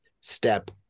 step